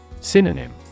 Synonym